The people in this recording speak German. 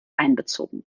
einbezogen